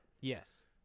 Yes